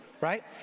right